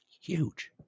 Huge